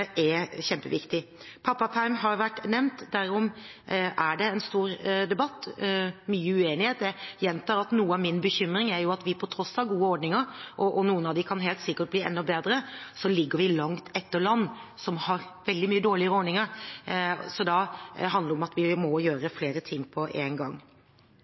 er kjempeviktig. Pappaperm har vært nevnt – derom er det en stor debatt og mye uenighet. Jeg gjentar at noe av min bekymring er at vi på tross av gode ordninger – noen av dem kan helt sikkert bli enda bedre – ligger langt etter land som har veldig mye dårligere ordninger. Så det handler om at vi må gjøre flere ting på én gang.